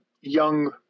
young